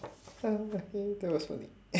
okay that was funny